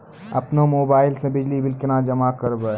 अपनो मोबाइल से बिजली बिल केना जमा करभै?